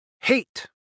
Hate